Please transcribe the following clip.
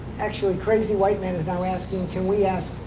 actually, crazywhiteman is now asking, can we ask